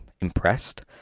impressed